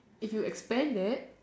if you expand that